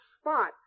spot